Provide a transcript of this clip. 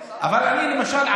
למשל,